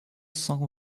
cent